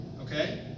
okay